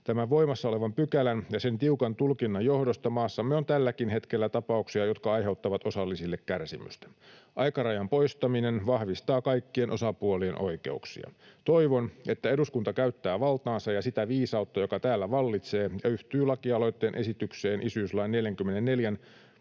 Tämän voimassa olevan pykälän ja sen tiukan tulkinnan johdosta maassamme on tälläkin hetkellä tapauksia, jotka aiheuttavat osallisille kärsimystä. Aikarajan poistaminen vahvistaa kaikkien osapuolien oikeuksia. Toivon, että eduskunta käyttää valtaansa ja sitä viisautta, joka täällä vallitsee, ja yhtyy lakialoitteen esitykseen isyyslain 44